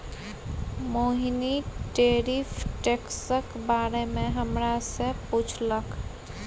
मोहिनी tariff टैक्सक बारे मे हमरा सँ पुछलक